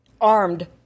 armed